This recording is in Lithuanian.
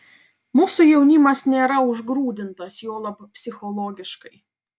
mūsų jaunimas nėra užgrūdintas juolab psichologiškai